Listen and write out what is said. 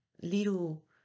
little